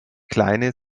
kleine